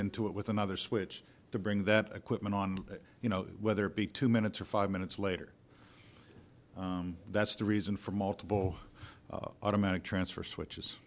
into it with another switch to bring that equipment on you know whether it be two minutes or five minutes later that's the reason for multiple automatic transfer switches